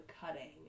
cutting